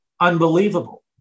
unbelievable